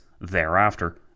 thereafter